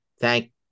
Thank